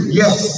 yes